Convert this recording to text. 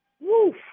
woof